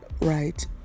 right